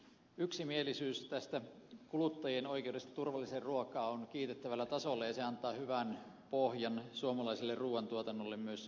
yksimielisyys kuluttajien oikeudesta turvalliseen ruokaan on kiitettävällä tasolla ja se antaa hyvän pohjan suomalaiselle ruuan tuotannolle myös tulevaisuudessa